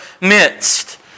midst